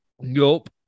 Nope